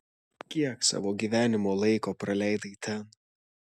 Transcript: kiek savo gyvenimo laiko praleidai ten